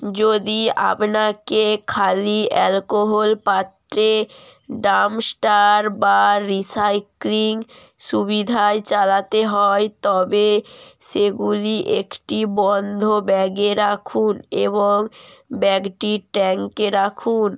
যদি আপনাকে খালি অ্যালকোহল পাত্রে ডাম্পস্টার বা রিসাইক্লিং সুবিধায় চালাতে হয় তবে সেগুলি একটি বন্ধ ব্যাগে রাখুন এবং ব্যাগটি ট্যাঙ্কে রাখুন